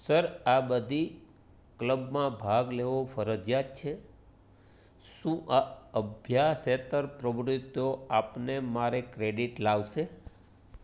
sir આ બધી ક્લબમાં ભાગ લેવો ફરજીયાત છે શું આ અભ્યાસેત્તર પ્રવૃત્તિઓ આપને માટે ક્રેડિટ લાવશે